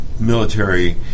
military